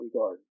regard